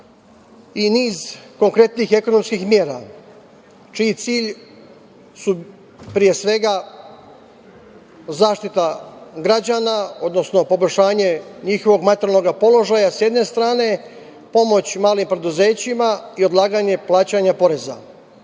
i niz konkretnih ekonomskih mera, čiji cilj je pre svega zaštita građana, odnosno poboljšanje njihovog materijalnog položaja, s jedne strane, pomoć malim preduzećima i odlaganje plaćanja poreza.